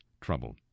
trouble